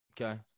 Okay